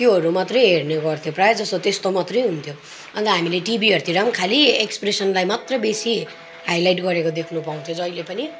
त्योहरू मात्रै हेर्ने गर्थ्यौँ प्रायः जस्तो त्यस्तो मात्रै हुन्थ्यो अन्त हामीले टिभीहरूतिर पनि खालि एक्सप्रेसनलाई मात्र बेसी हाइलाइट गरेको देख्नु पाउँथ्यौँ जहिले पनि